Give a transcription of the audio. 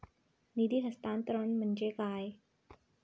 निधी हस्तांतरण म्हणजे काय?